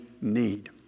need